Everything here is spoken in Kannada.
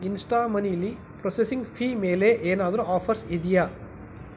ಇನ್ಸ್ಟಾಮನೀಲಿ ಪ್ರೊಸೆಸಿಂಗ್ ಫೀ ಮೇಲೆ ಏನಾದರು ಆಫರ್ಸ್ ಇದೆಯಾ